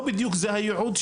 בכל המסלולים שמשרד החינוך עשה.